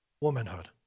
womanhood